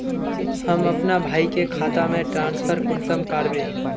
हम अपना भाई के खाता में ट्रांसफर कुंसम कारबे?